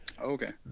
okay